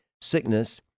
sickness